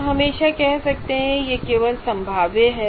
आप हमेशा कह सकते हैं कि यह केवल संभाव्य है